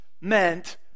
meant